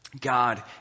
God